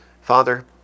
Father